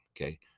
okay